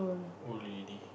old lady